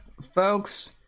folks